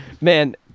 Man